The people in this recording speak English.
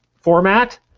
format